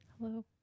hello